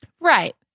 Right